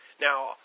Now